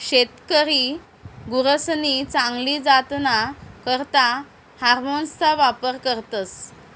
शेतकरी गुरसनी चांगली जातना करता हार्मोन्सना वापर करतस